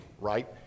right